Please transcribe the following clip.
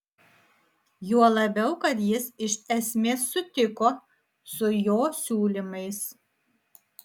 juo labiau kad jis iš esmės sutiko su jo siūlymais